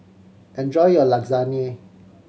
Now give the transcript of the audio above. enjoy your Lasagna